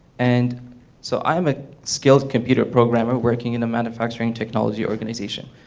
and so i'm a skilled computer programmer working in the manufacturing technology organization.